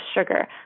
sugar